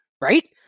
right